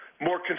more